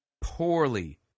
poorly